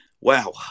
Wow